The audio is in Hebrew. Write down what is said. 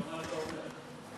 השאלה, מה אתה אומר.